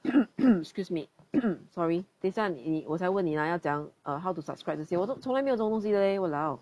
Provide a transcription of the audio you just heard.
excuse me sorry 等一下你你我才问你 lah 要怎么样 err how to subscribe 这些我都从来没有这种东西 leh !walao!